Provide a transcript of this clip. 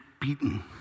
beaten